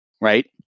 right